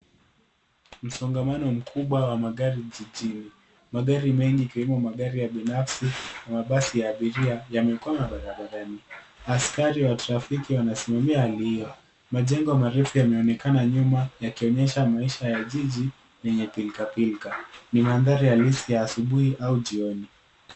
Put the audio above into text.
Msongamano mkubwa wa magari jijini. Magari mengi ikiwemo magari ya binafsi na mabasi ya abiria yamekwama barabarani. Askari wa trafiki wanasimamia hali hiyo. Majengo ya marefu yameonekana nyuma yakionyesha maisha ya jiji lenye pilikapilika. Ni mandhari halisi ya asubuhi au jioni.